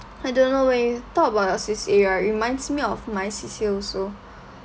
I don't know when you talk about your C_C_A right reminds me of my C_C_A also